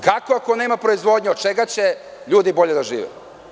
Kako, ako nema proizvodnje, od čega će ljudi bolje da žive?